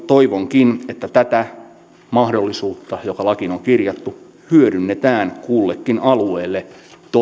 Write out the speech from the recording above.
toivonkin että tätä mahdollisuutta joka lakiin on kirjattu hyödynnetään kullekin alueelle